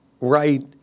right –